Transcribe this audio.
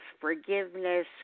forgiveness